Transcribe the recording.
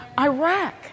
Iraq